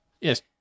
Yes